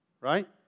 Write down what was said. right